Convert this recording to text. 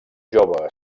jove